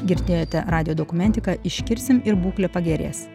girdėjote radijo dokumentika iškirsim ir būklė pagerės